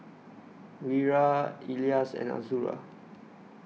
Wira Elyas and Azura